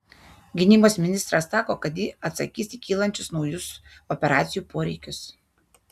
gynybos ministras sako kad ji atsakys į kylančius naujus operacijų poreikius